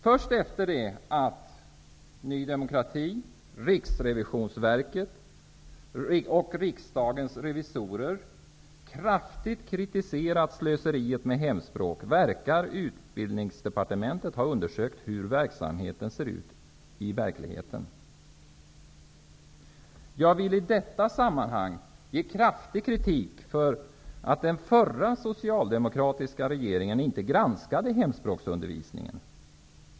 Först efter det att Ny demokrati, Riksrevisionsverket och Riksdagens revisorer kraftigt kritiserade slöseriet i hemspråksundervisningen verkar Utbildningsdepartementet ha undersökt hur verksamheten ser ut i verkligheten. Jag vill i detta sammanhang kraftigt kritisera att den förra socialdemokratiska regeringen inte granskade hemspråksundervisningen.